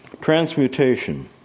Transmutation